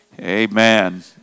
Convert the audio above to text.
Amen